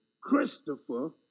Christopher